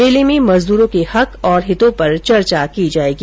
मेले में मजदूरों के हक और हितों पर चर्चा की जायेगी